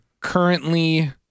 currently